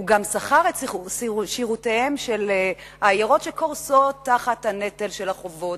הוא גם שכר את שירותי העיירות שקורסות תחת נטל החובות.